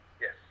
Yes